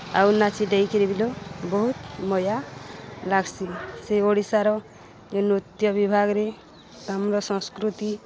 ଆଉ ନାଚ ଦେଇକିରି ବିଲ ବହୁତ୍ ମଜା ଲାଗ୍ସି ସେ ଓଡ଼ିଶାର ନୃତ୍ୟ ବିଭାଗ୍ରେ ଆମର ସଂସ୍କୃତି